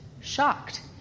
shocked